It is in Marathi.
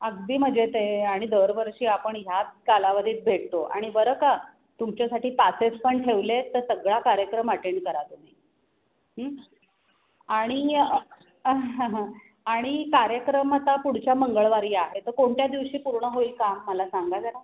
अगदी मजेत आहे आणि दरवर्षी आपण ह्याच कालावधीत भेटतो आणि बरं का तुमच्यासाठी पासेस पण ठेवले आहेत तर सगळा कार्यक्रम अटेंड करा तुम्ही आणि आणि कार्यक्रम आता पुढच्या मंगळवारी आहे तर कोणत्या दिवशी पूर्ण होईल काम मला सांगा जरा